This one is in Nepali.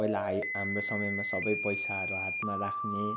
पहिला हाइ हाम्रो समयमा सबै पैसाहरू हातमा राख्ने